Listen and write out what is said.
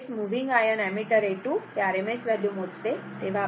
म्हणजेच moving iron ammeter A2 हे RMS value मोजत आहे